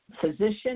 physician